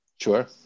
Sure